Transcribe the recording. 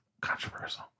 Controversial